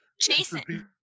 Jason